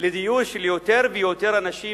לדיור של יותר ויותר אנשים,